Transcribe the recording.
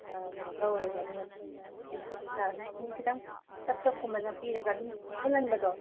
ꯑꯥ ꯀꯩꯅꯣ ꯇꯧꯔꯣꯏꯕ ꯑꯗꯨꯅ ꯍꯥꯏꯗꯤ ꯈꯨꯠꯇ ꯈꯤꯇꯪ ꯇꯞ ꯇꯞ ꯀꯨꯝꯕ ꯅꯞꯄꯤꯔꯒ ꯑꯗꯨꯝ ꯆꯨꯞꯁꯤꯜꯍꯟꯕꯗꯣ